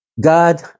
God